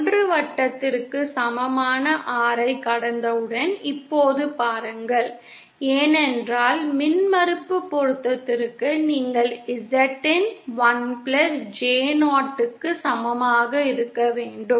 1 வட்டத்திற்கு சமமான R ஐக் கடந்தவுடன் இப்போது பாருங்கள் ஏனென்றால் மின்மறுப்பு பொருத்தத்திற்கு நீங்கள் Z இன் 1 பிளஸ் J 0 க்கு சமமாக இருக்க வேண்டும்